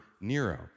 Nero